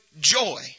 joy